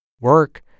work